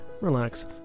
relax